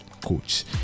coach